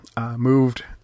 moved